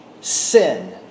sin